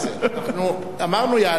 אנחנו אמרנו יעלה.